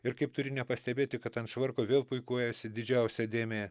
ir kaip turi nepastebėti kad ant švarko vėl puikuojasi didžiausia dėmė